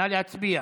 נא להצביע.